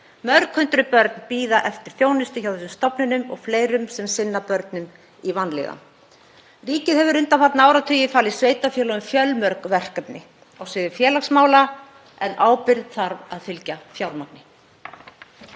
Mörghundruð börn bíða eftir þjónustu hjá þessum stofnunum og fleirum sem sinna börnum í vanlíðan. Ríkið hefur undanfarna áratugi falið sveitarfélögunum fjölmörg verkefni á sviði félagsmála en ábyrgð þarf að fylgja fjármagni.